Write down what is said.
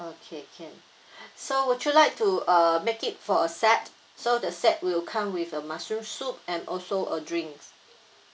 okay can so would you like to uh make it for a set so the set will come with a mushroom soup and also a drinks